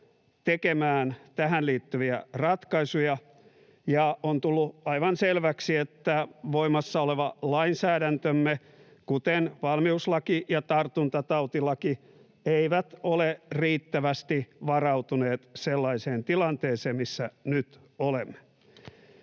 tekemään tähän liittyviä ratkaisuja, ja on tullut aivan selväksi, että voimassa oleva lainsäädäntömme, kuten valmiuslaki ja tartuntatautilaki, eivät ole riittävästi varautuneet sellaiseen tilanteeseen, missä nyt olemme.